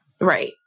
Right